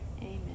Amen